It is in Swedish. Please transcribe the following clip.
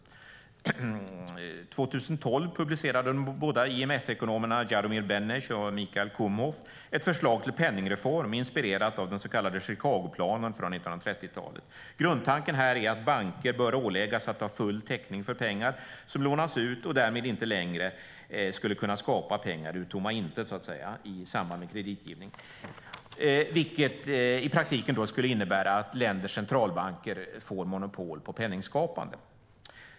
År 2012 publicerade IMF-ekonomerna Jaromir Benes och Michael Kumhof ett förslag till penningreform inspirerat av den så kallade Chicagoplanen från 1930-talet. Grundtanken är att banker bör åläggas att ha full täckning för pengar som lånas ut. De ska därmed inte längre kunna skapa pengar ur tomma intet i samband med kreditgivning. De skulle i praktiken innebära att länders centralbanker får monopol på penningskapande.